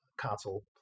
console